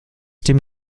dem